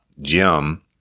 Jim